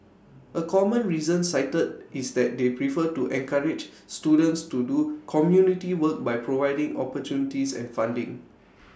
A common reason cited is that they prefer to encourage students to do community work by providing opportunities and funding